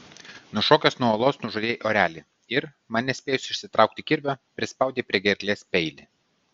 nušokęs nuo uolos nužudei orelį ir man nespėjus išsitraukti kirvio prispaudei prie gerklės peilį